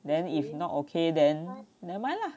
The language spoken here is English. then if not okay then never mind lah